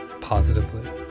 positively